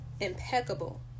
impeccable